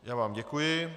Já vám děkuji.